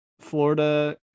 Florida